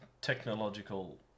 technological